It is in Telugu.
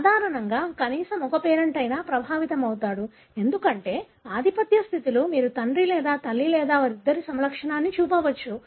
సాధారణంగా కనీసం ఒక పేరెంట్ అయినా ప్రభావితమవుతాడు ఎందుకంటే ఆధిపత్య స్థితిలో మీరు తండ్రి లేదా తల్లి లేదా వారిద్దరూ సమలక్షణాన్ని చూపవచ్చు